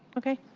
okay.